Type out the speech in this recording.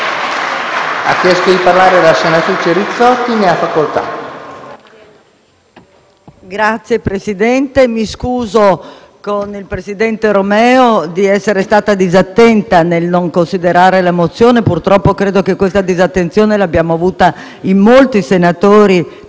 Signor Presidente, mi scuso con il presidente Romeo per essere stata disattenta nel non considerare la mozione; purtroppo credo che questa disattenzione l'abbiamo avuta in molti senatori,